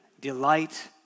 delight